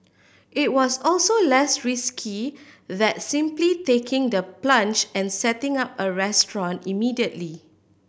it was also less risky than simply taking the plunge and setting up a restaurant immediately